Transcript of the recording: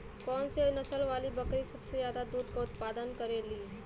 कौन से नसल वाली बकरी सबसे ज्यादा दूध क उतपादन करेली?